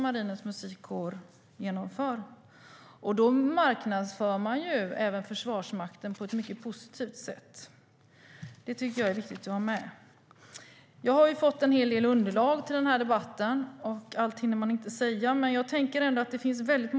Då marknadsförs Försvarsmakten på ett mycket positivt sätt. Det är viktigt att ha med. Jag har fått en hel del underlag till debatten - allt hinner jag inte säga.